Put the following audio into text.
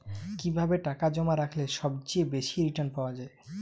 কিভাবে টাকা জমা রাখলে সবচেয়ে বেশি রির্টান পাওয়া য়ায়?